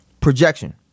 projection